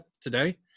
today